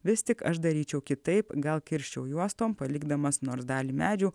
vis tik aš daryčiau kitaip gal kirsčiau juostom palikdamas nors dalį medžių